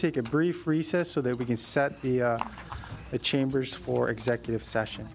take a brief recess so that we can set up the chambers for executive session